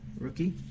Rookie